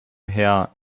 herr